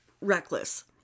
reckless